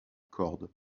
corde